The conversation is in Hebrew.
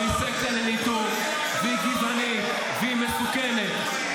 היא סקציה לניתוק, והיא גזענית, והיא מסוכנת.